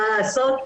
מה לעשות,